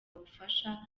ubufasha